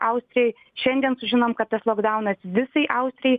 austrijai šiandien sužinom kad tas lokdaunas visai austrijai